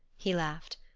he laughed.